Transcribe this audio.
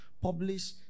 publish